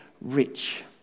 rich